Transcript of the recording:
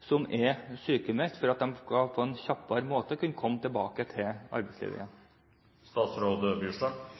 som er sykmeldt, for at de på en kjappere måte skal kunne komme tilbake til arbeidslivet?